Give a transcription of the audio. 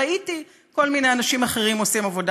ראיתי כל מיני אנשים אחרים עושים עבודה